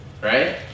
right